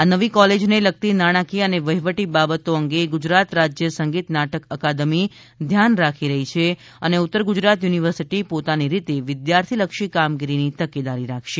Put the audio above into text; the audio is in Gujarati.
આ નવી કોલેજને લગતી નાણાંકીય અને વહીવટી બાબતો અંગે ગુજરાત રાજ્ય સંગીત નાટક અકાદમી ધ્યાન રાખી રહી છે અને ઉત્તર ગુજરાત યુનિવર્સિટી પોતાની રીતે વિદ્યાર્થીલક્ષી કામગીરીની તકેદારી રાખશે